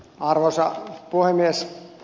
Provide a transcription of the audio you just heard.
arvoisa puhemies